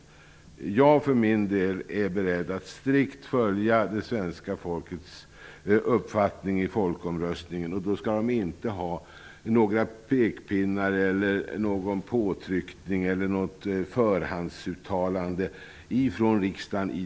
Jag för min del är beredd att strikt följa det svenska folkets uppfattning i folkomröstningen, och i det läget skall det inte förekomma några pekpinnar, några påtryckningar eller några förhandsuttalanden från riksdagen.